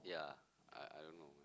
yeah I I don't know